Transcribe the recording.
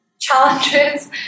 challenges